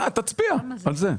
תצביע על זה.